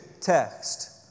text